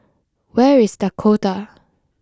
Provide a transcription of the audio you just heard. where is Dakota